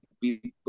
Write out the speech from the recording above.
people